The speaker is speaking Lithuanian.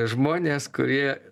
žmonės kurie